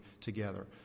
together